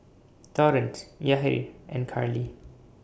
Torrence Yahir and Carly